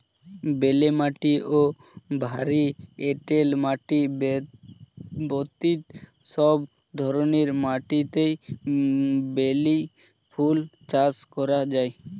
বেলে মাটি ও ভারী এঁটেল মাটি ব্যতীত সব ধরনের মাটিতেই বেলি ফুল চাষ করা যায়